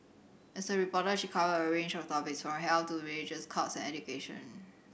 as a reporter she covered a range of topics from health to religious cults and education